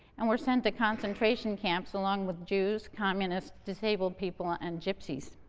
and were sent to concentration camps, along with jews, communists, disabled people and gypsies.